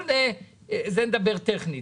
על זה נדבר טכנית